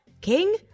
King